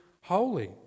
holy